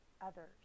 others